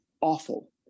awful